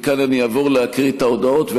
מכאן אני אעבור להקריא את ההודעות,